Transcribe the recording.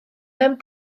mewn